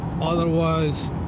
Otherwise